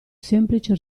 semplice